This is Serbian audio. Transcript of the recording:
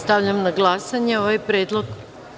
Stavljam na glasanje ovaj predlog.